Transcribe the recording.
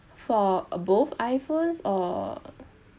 for uh both iphones or